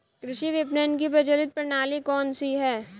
कृषि विपणन की प्रचलित प्रणाली कौन सी है?